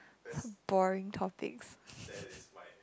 boring topics